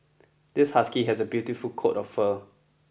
this husky has a beautiful coat of fur